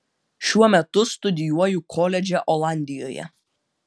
šiuo metu studijuoju koledže olandijoje